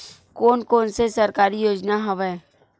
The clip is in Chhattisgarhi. कोन कोन से सरकारी योजना हवय?